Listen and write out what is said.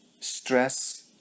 stress